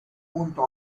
junto